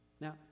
Now